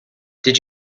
did